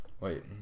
wait